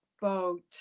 boat